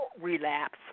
relapse